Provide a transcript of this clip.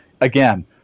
again